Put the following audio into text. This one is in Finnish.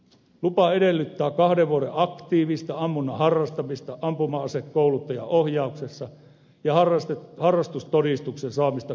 lupa edellyttää kahden vuoden aktiivista ammunnan harrastamista ampuma asekouluttajan ohjauksessa ja harrastustodistuksen saamista kouluttajalta